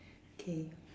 okay